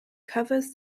covers